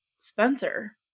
Spencer